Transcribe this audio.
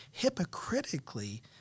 hypocritically